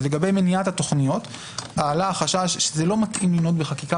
אז לגבי מניית התכניות עלה החשש שזה לא מתאים למנות בחקיקה